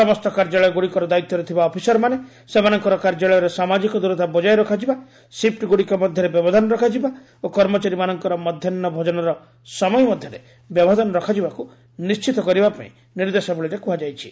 ସମସ୍ତ କାର୍ଯ୍ୟାଳୟଗୁଡ଼ିକର ଦାୟିତ୍ୱରେ ଥିବା ଅଫିସରମାନେ ସେମାନଙ୍କର କାର୍ଯ୍ୟାଳୟରେ ସାମାଜିକ ଦୂରତା ବଜାୟ ରଖାଯିବା ସିପ୍ଟଗୁଡ଼ିକ ମଧ୍ୟରେ ବ୍ୟବଧାନ ରଖାଯିବା ଓ କର୍ମଚାରୀମାନଙ୍କର ମଧ୍ୟାହୁଭୋଜନର ସମୟ ମଧ୍ୟରେ ବ୍ୟବଧାନ ରଖାଯିବାକୁ ନିଶ୍ଚିତ କରିବା ପାଇଁ ନିର୍ଦ୍ଦେଶାବଳୀରେ କୁହାଯାଇଛି